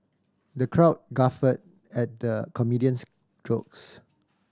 the crowd guffawed at the comedian's jokes